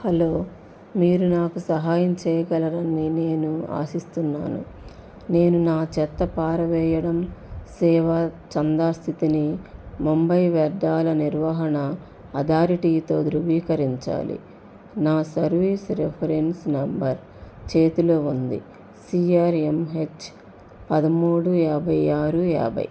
hello మీరు నాకు సహాయం చేయగలరని నేను ఆశిస్తున్నాను నేను నా చెత్త పారవేయడం సేవా చందా స్థితిని ముంబై వ్యర్థాల నిర్వహణ అథారిటీతో ధృవీకరించాలి నా సర్వీస్ రిఫరెన్స్ నెంబర్ చేతిలో ఉంది సిఆర్ఎంహెచ్ పదమూడు యాభై ఆరు యాభై